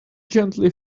gently